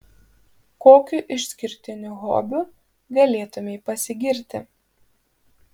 kokiu išskirtiniu hobiu galėtumei pasigirti